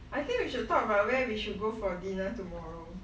I think we should talk about where we should go for dinner tomorrow